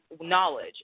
knowledge